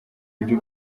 ibyo